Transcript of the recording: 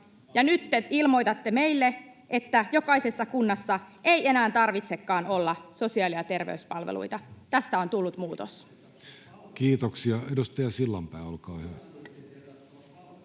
te ilmoitatte meille, että jokaisessa kunnassa ei enää tarvitsekaan olla sosiaali- ja terveyspalveluita. Tässä on tullut muutos. [Speech 113] Speaker: